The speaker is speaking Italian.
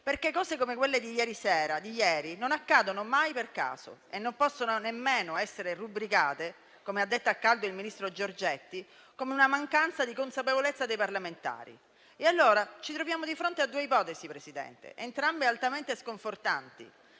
Cose come quelle accadute ieri sera non accadono mai per caso e non possono nemmeno essere rubricate - come ha detto a caldo il ministro Giorgetti - come una mancanza di consapevolezza dei parlamentari. Ci troviamo di fronte a due ipotesi, Presidente, entrambe altamente sconfortanti: